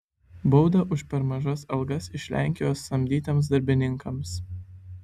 bauda už per mažas algas iš lenkijos samdytiems darbininkams